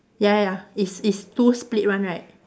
ya ya ya it's it's two split one right